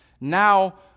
Now